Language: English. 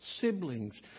siblings